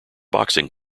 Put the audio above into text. boxing